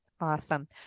awesome